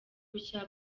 bushya